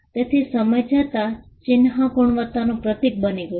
તેથી સમય જતાં ચિહ્ન ગુણવત્તાનું પ્રતીક બની ગયું